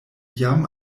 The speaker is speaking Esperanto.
jam